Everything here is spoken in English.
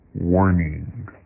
Warning